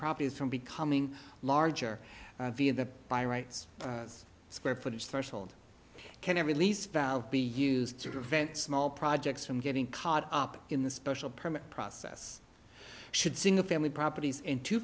properties from becoming larger via the buy rights square footage threshold cannot release valve be used to prevent small projects from getting caught up in the special permit process should single family properties into